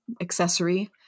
accessory